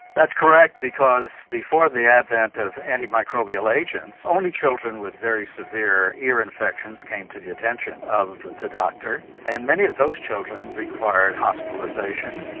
that's correct because before the advent of anti-microbial agents only children with very severe ear infections came to the attention of the doctor and many of those children required hospitalisation,